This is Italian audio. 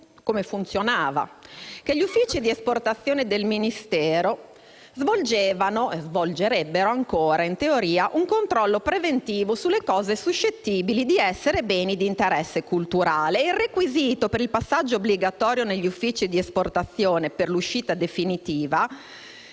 Come funzionava fino ad oggi? Gli uffici di esportazione del Ministero svolgevano (e in teoria svolgerebbero ancora) un controllo preventivo sulle cose suscettibili di essere beni di interesse culturale. I requisiti per il passaggio obbligatorio negli uffici di esportazione per l'uscita definitiva,